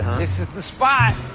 this is the spot,